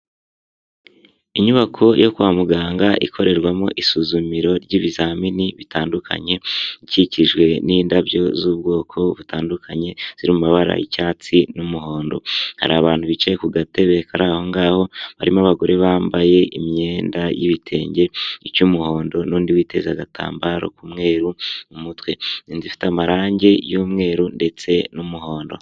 Inyubako yo kwa muganga ikorerwamo isuzumiro ry'ibizamini bitandukanye ikikijwe n'indabyo z'ubwoko butandukanye ziri mu mabara y'icyatsi n'umuhondo, hari abantu bicaye ku gatebe aho ngaho barimo abagore bambaye imyenda y'ibitenge, icy'umuhondo n'undi witeza agatambaro k'umweru mu mutwe inzu ifite amarangi y'umweru ndetse n'umuhondo.